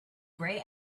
grey